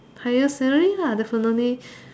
higher salary lah definitely